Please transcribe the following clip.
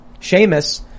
Seamus